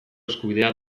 eskubidea